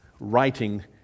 Writing